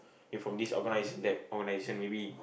if from this organization that organization maybe